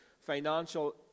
Financial